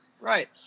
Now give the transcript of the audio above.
right